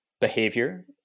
behavior